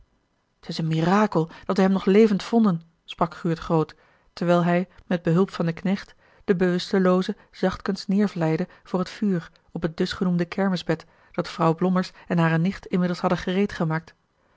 t is een mirakel dat we hem nog levend vonden sprak guurt groot terwijl hij met behulp van den knecht den bewustelooze zachtkens neêrvlijde voor het vuur op het dusgenoemde kermisbed dat vrouw blommers en hare nicht inmiddels hadden